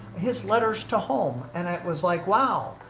his letters to home, and it was like wow,